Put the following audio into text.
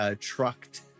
Trucked